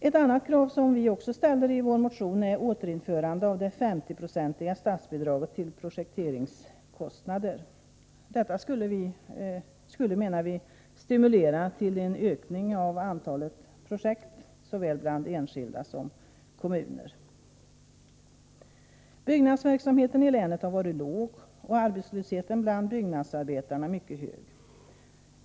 Ett annat krav som vi också ställer i vår motion är återinförande av det 50-procentiga statsbidraget till projekteringskostnader. Detta skulle, menar vi, stimulera till en ökning av antalet projekt, såväl bland enskilda som bland kommuner. Byggnadsverksamheten i länet har varit låg och arbetslösheten bland byggnadsarbetarna mycket hög.